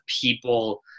people